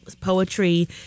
poetry